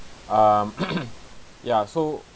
um ya so